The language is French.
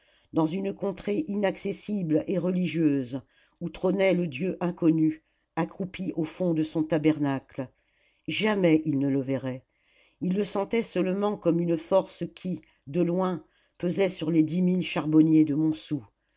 dans une contrée inaccessible et religieuse où trônait le dieu inconnu accroupi au fond de son tabernacle jamais ils ne le verraient ils le sentaient seulement comme une force qui de loin pesait sur les dix mille charbonniers de montsou